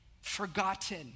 forgotten